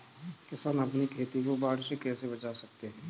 किसान अपनी खेती को बाढ़ से कैसे बचा सकते हैं?